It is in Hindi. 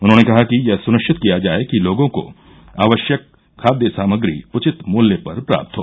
उन्होंने कहा कि यह सुनिश्चित किया जाय कि लोगों को आवश्यक खाद्य सामग्री उचित मूल्य पर प्राप्त हो